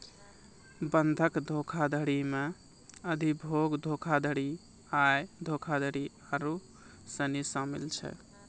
बंधक धोखाधड़ी मे अधिभोग धोखाधड़ी, आय धोखाधड़ी आरु सनी शामिल छै